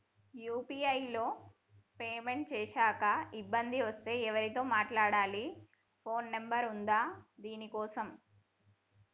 UPI లో payment చేశాక ఇబ్బంది వస్తే ఎవరితో మాట్లాడాలి? ఫోన్ నంబర్ ఉందా దీనికోసం?